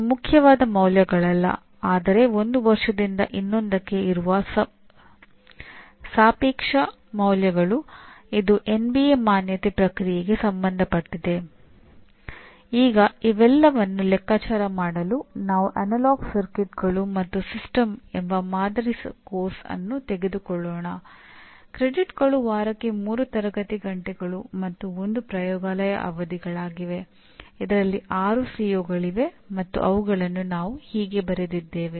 ಇದು ಮುಖ್ಯವಾದ ಮೌಲ್ಯಗಳಲ್ಲ ಆದರೆ 1 ವರ್ಷದಿಂದ ಇನ್ನೊಂದಕ್ಕೆ ಇರುವ ಸಾಪೇಕ್ಷ ಮೌಲ್ಯಗಳು ಇದು ಎನ್ಬಿಎ ಮತ್ತು ಅವುಗಳನ್ನು ನಾವು ಹೀಗೆ ಬರೆದಿದ್ದೇವೆ